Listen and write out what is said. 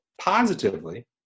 positively